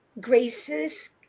Grace's